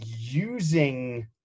using